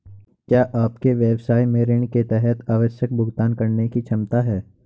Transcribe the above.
क्या आपके व्यवसाय में ऋण के तहत आवश्यक भुगतान करने की क्षमता है?